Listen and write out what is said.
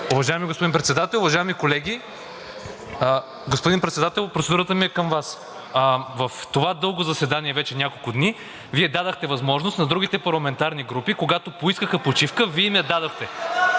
Уважаеми господин Председател, уважаеми колеги! Господин Председател, процедурата ми е към Вас. В това дълго заседание – вече няколко дни, Вие дадохте възможност на другите парламентарни групи – когато поискаха почивка, Вие им я дадохте.